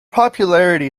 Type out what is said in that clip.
popularity